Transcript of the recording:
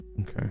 Okay